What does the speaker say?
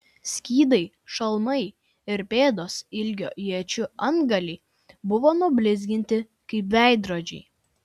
skydai šalmai ir pėdos ilgio iečių antgaliai buvo nublizginti kaip veidrodžiai